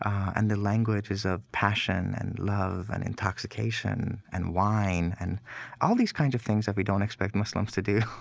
um and the language is of passion and love and intoxication and wine and all these kind of things that we don't expect muslims to do.